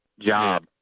job